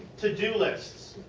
to-do lists.